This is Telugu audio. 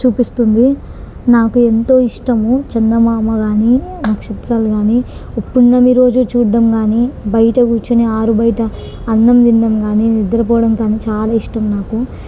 చూపిస్తుంది నాకు ఎంతో ఇష్టము చందమామ కానీ నక్షత్రాలు కానీ పున్నమి రోజు చూడడం కానీ బయట కూర్చుని ఆరు బయట అన్నం తినడం కానీ నిద్ర పోవడం కానీ చాలా ఇష్టం నాకు